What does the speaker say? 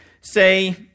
say